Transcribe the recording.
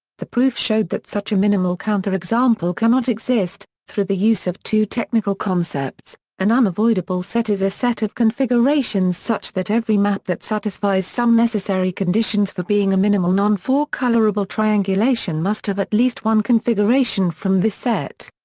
the proof showed that such a minimal counterexample counterexample cannot exist, through the use of two technical concepts an unavoidable set is a set of configurations such that every map that satisfies some necessary conditions for being a minimal non four colorable triangulation must have at least one configuration from this set.